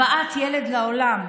הבאת ילד לעולם,